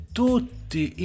tutti